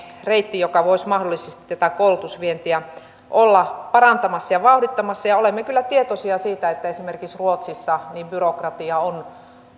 reitti joka voisi mahdollisesti tätä koulutusvientiä olla parantamassa ja vauhdittamassa ja olemme kyllä tietoisia siitä että esimerkiksi ruotsissa byrokratia on